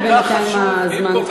כי בינתיים הזמן,